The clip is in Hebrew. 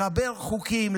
לחבר חוקים,